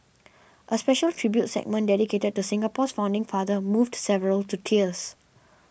a special tribute segment dedicated to Singapore's founding father moved several to tears